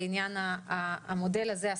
לעניין המודל הזה,